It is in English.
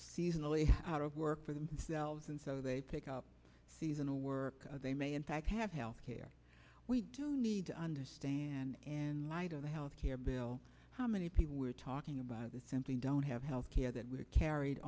seasonally out of work for themselves and so they pick up seasonal work they may in fact have health care we do need to understand in light of the health care bill how many people we're talking about that simply don't have health care that were carried